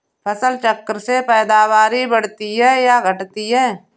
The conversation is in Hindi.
फसल चक्र से पैदावारी बढ़ती है या घटती है?